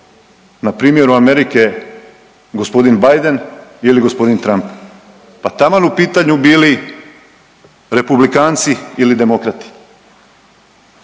na primjeru Amerike gospodin Biden ili gospodin Trump, pa taman u pitanju bili republikanci ili demokrati.